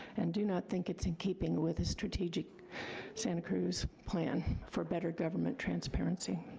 and do not think it's in keeping with his strategic santa cruz plan for better government transparency.